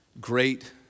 great